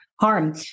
harm